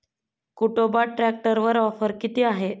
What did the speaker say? Kubota ट्रॅक्टरवर offer किती आहे?